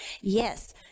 Yes